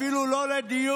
אפילו לא לדיון.